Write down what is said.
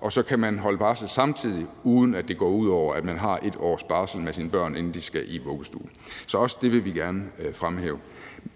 og så kan de holde barsel samtidig, uden at det går ud over, at man har 1 års barsel med sine børn, inden de skal i vuggestuen. Så også det vil vi gerne fremhæve.